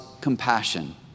compassion